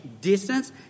distance